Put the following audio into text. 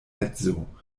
edzo